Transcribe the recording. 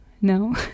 No